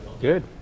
good